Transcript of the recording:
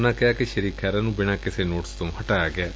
ਉਨੂਂ ਕਿਹਾ ਕਿ ਸ੍ਰੀ ਖਹਿਰਾ ਨੁੰ ਬਿਨਾਂ ਕਿਸੇ ਨੋਟਿਸ ਤੋਂ ਹਟਾਇਆ ਗਿਐ